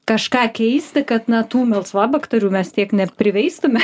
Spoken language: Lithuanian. kažką keisti kad na tų melsvabakterių mes tiek net priveistume